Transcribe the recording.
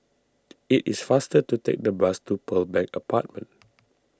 it is faster to take the bus to Pearl Bank Apartment